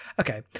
Okay